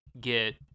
get